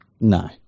No